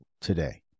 Today